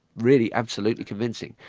really absolutely convincing.